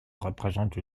représente